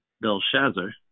Belshazzar